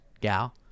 gal